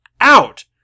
out